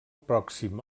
pròxim